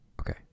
okay